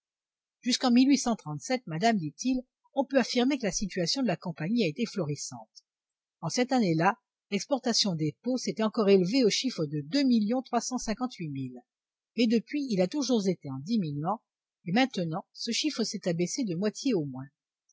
jusqu'en madame dit-il on peut affirmer que la situation de la compagnie a été florissante en cette année-là l'exportation des peaux s'était encore élevée au chiffre de deux millions trois cent cinquante-huit mille mais depuis il a toujours été en diminuant et maintenant ce chiffre s'est abaissé de moitié au moins